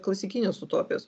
klasikinės utopijos